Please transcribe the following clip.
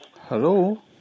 Hello